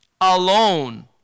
alone